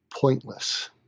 pointless